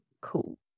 cool